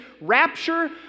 rapture